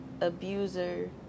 abuser